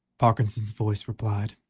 parkinson's voice replied.